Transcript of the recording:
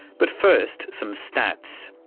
but first some stats.